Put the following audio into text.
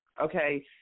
okay